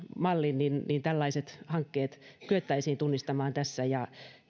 mallin niin niin tällaiset hankkeet kyettäisiin tunnistamaan ja